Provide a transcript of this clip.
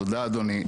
תודה, אדוני.